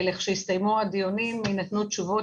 כשיסתיימו הדיונים יינתנו תשובות.